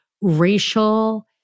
racial